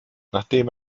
nachdem